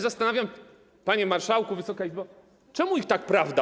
Zastanawiam się, panie marszałku, Wysoka Izbo, czemu ich tak boli prawda.